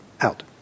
out